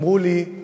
ואמרו לי: